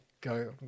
go –